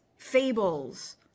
fables